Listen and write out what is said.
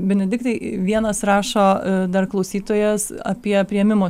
benediktai vienas rašo dar klausytojas apie priėmimo